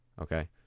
Okay